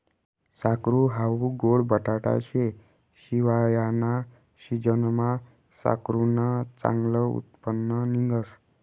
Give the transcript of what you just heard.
साकरू हाऊ गोड बटाटा शे, हिवायाना सिजनमा साकरुनं चांगलं उत्पन्न निंघस